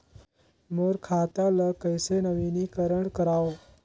मोर खाता ल कइसे नवीनीकरण कराओ?